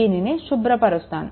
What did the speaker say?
దీనిని శుభ్రపరుస్తాను